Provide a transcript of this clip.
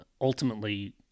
ultimately